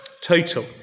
total